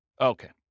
Okay